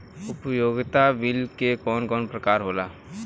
उपयोगिता बिल के कवन कवन प्रकार होला?